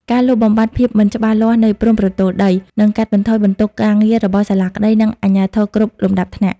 ការលុបបំបាត់ "ភាពមិនច្បាស់លាស់នៃព្រំប្រទល់ដី" នឹងកាត់បន្ថយបន្ទុកការងាររបស់សាលាក្ដី និងអាជ្ញាធរគ្រប់លំដាប់ថ្នាក់។